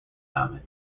comment